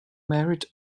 married